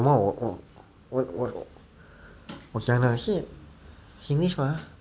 什么我我我讲的是 singlish 吗